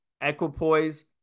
Equipoise